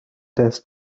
tests